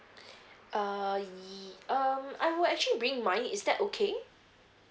err y~ um I would actually bring mine is that okay